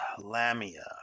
Lamia